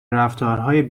رفتارهای